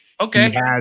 Okay